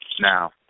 Now